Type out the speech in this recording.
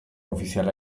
ofiziala